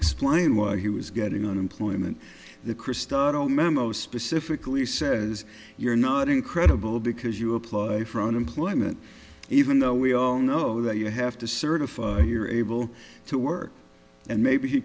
explain why he was getting unemployment the christoper all memo specifically says you're not incredible because you apply for unemployment even though we all know that you have to certify you're able to work and maybe he